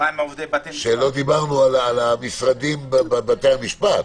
שלא דיברנו על המשרדים בבתי המשפט.